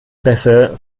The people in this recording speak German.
bässe